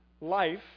life